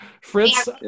fritz